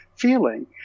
feeling